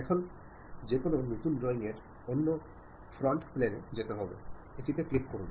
এখন যে কোনও নতুন ড্রয়িং এর জন্য আমাদের ফ্রন্ট প্লানে যেতে হবে এটিতে ক্লিক করুন